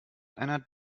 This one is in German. einer